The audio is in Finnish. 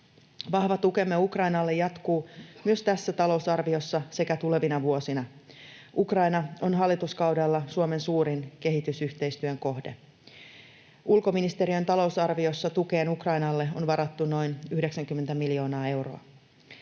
Vahva tukemme Ukrainalle jatkuu myös tässä talousarviossa sekä tulevina vuosina. Ukraina on hallituskaudella Suomen suurin kehitysyhteistyön kohde. Ulkoministeriön talousarviossa tukeen Ukrainalle on varattu noin 90 miljoonaa euroa.